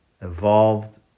evolved